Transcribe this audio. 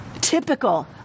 typical